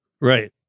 right